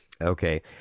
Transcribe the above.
okay